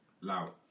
loud